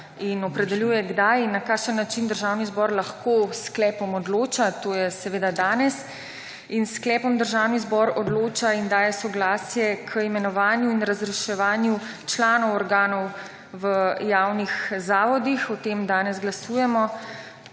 in opredeljuje kdaj in na kakšen način Državni zbor lahko s sklepom odloča, to je seveda danes in s sklepom Državni zbor odloča in daje soglasje k imenovanju in razreševanju članov organov v javnih zavodih. O tem danes glasujemo.